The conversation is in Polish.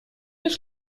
jest